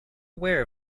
aware